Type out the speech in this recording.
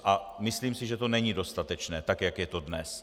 A myslím si, že to není dostatečné, tak jak je to dnes.